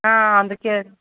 అందుకే